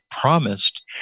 promised